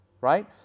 right